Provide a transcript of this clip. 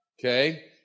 Okay